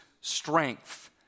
strength